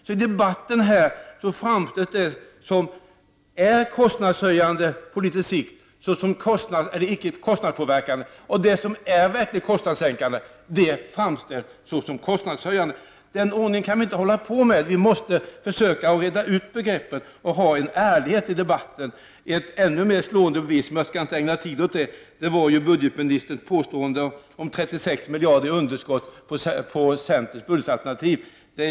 I debatten framställs det som är kostnadshöjande på litet sikt såsom icke kostnadspåverkande, och det som är verkligt kostnadssänkande framställs såsom kostnadshöjande. Den ordningen kan vi inte fortsätta med. Vi måste försöka reda ut begreppen och vara ärliga i debatten. Ett ännu mer slående bevis, som jag inte skall ägna tid åt, var budgetministerns påstående om ett underskott på 36 miljarder i centerns budgetalternativ.